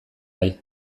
bai